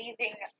amazing